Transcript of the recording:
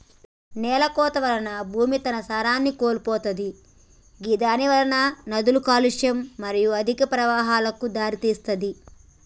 నేలకోత వల్ల భూమి తన సారాన్ని కోల్పోతది గిదానివలన నదుల కాలుష్యం మరియు అధిక ప్రవాహాలకు దారితీస్తది